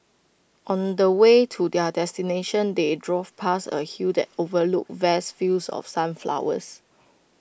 on the way to their destination they drove past A hill that overlooked vast fields of sunflowers